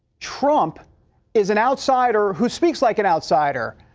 trump is an outsider who speaks like an outsider.